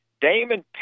Damon